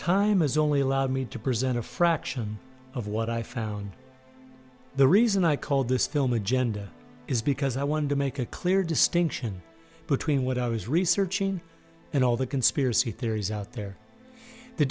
time is only allowed me to present a fraction of what i found the reason i called this film agenda is because i wanted to make a clear distinction between what i was researching and all the conspiracy theories out there the